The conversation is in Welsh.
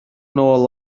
nôl